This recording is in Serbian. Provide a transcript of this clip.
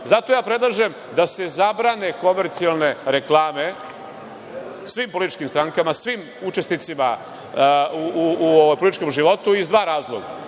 Zato predlažem da se zabrane komercijalne reklame svim političkim strankama, svim učesnicima u političkom životu iz dva razloga.